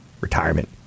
retirement